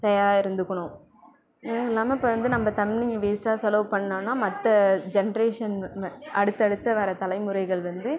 தயாராக இருந்துக்கணும் அதுவும் இல்லாமல் நம்ம இப்போ வந்து நம்ப தண்ணியை வேஸ்ட்டாக செலவு பண்ணிணோம்னா மற்ற ஜெண்ட்ரேஷன் அடுத்தடுத்த வர தலைமுறைகள் வந்து